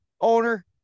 owner